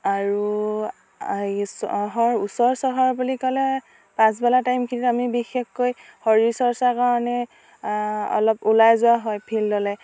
আৰু হেৰি চহৰ ওচৰ চহৰ বুলি ক'লে পাছবেলা টাইমখিনিত আমি বিশেষকৈ শৰীৰ চৰ্চাৰ কাৰণে অলপ ওলাই যোৱা হয় ফিল্ডলে